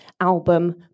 album